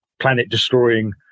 planet-destroying